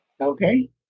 okay